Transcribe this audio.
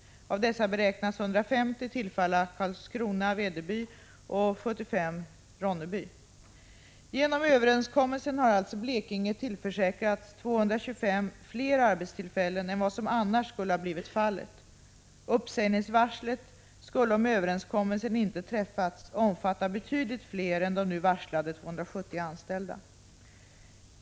Av dessa beräknas 150 tillfalla Karlskrona/Vedeby och 75 Ronneby. Genom överenskommelsen har alltså Blekinge tillförsäkrats 225 fler arbetstillfällen än vad som annars skulle ha blivit fallet. Uppsägningsvarslet skulle, om överenskommelsen inte träffats, omfatta betydligt fler än de nu varslade 270 anställda.